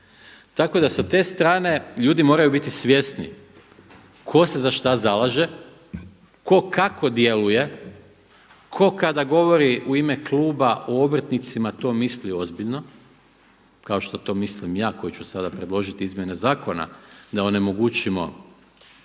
Tako da sa te strane ljudi moraju biti svjesni tko se za šta zalaže, tko kako djeluje, tko kada govori u ime kluba o obrtnicima to misli ozbiljno, kao što to mislim ja koji ću sada predložiti izmjene zakona da onemogućimo